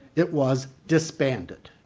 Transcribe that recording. it was disbanded.